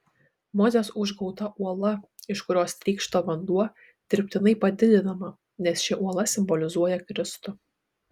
mozės užgauta uola iš kurios trykšta vanduo dirbtinai padidinama nes ši uola simbolizuoja kristų